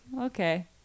okay